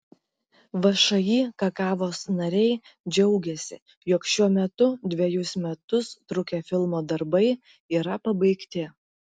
všį kakavos nariai džiaugiasi jog šiuo metu dvejus metus trukę filmo darbai yra pabaigti